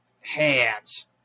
hands